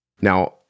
Now